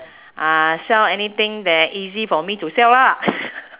ah sell anything that easy for me to sell lah